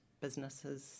businesses